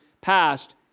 passed